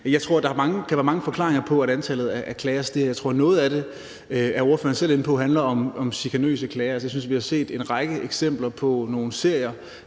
Jeg tror, at der kan være mange forklaringer på, at antallet af klager stiger. Noget af det handler om, som ordføreren selv var inde på, chikanøse klager. Jeg synes, vi har set en række eksempler på nogle serier,